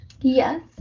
Yes